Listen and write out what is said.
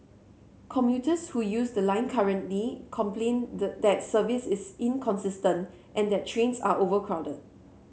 commuters who use the line currently complain the that service is inconsistent and that trains are overcrowded